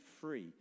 free